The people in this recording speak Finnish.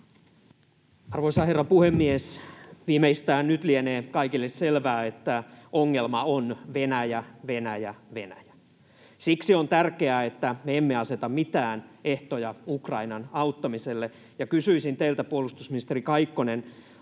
Arvoisa herra puhemies! Viimeistään nyt lienee kaikille selvää, että ongelma on Venäjä, Venäjä, Venäjä. Siksi on tärkeää, että me emme aseta mitään ehtoja Ukrainan auttamiselle. Ja kysyisin teiltä, puolustusministeri Kaikkonen: